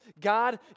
God